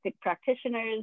practitioners